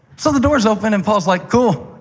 so the doors open, and paul is like, cool.